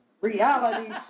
reality